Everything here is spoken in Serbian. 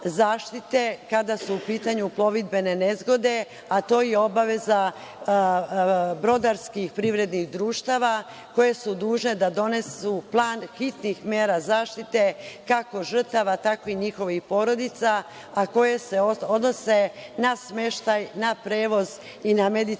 kada su u pitanju plovidbene nezgode, a to je obaveza brodarskih privrednih društava koja su dužna da donesu plan hitnih mera zaštite kako žrtava tako i njihovih porodica, a koje se odnose na smeštaj, prevoz i medicinske